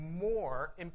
more